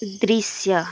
दृश्य